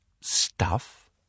stuff